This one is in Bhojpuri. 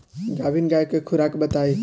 गाभिन गाय के खुराक बताई?